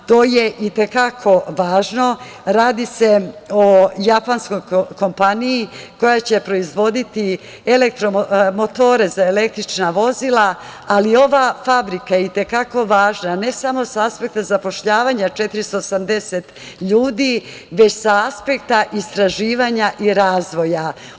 To je i te kako važno, jer se radi o japanskoj kompaniji koja će proizvoditi motore za električna vozila, ali ova fabrika je i te kako važna, ne samo sa aspekta zapošljavanja 480 ljudi, već i sa aspekta istraživanja i razvoja.